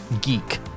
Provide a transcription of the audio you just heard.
geek